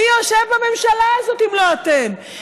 מי יושב בממשלה הזאת אם לא אתם?